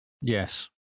Yes